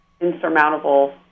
insurmountable